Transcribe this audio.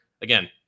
Again